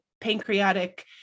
pancreatic